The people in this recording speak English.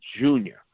junior